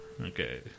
okay